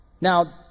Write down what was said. Now